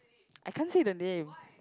I can't see the name